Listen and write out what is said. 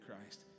Christ